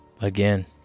again